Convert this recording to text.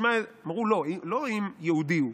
אמרו, לא, לא אם יהודי הוא,